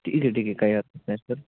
ठीक आहे ठीक आहे काही हरकत नाही सर